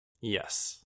yes